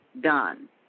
done